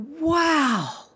wow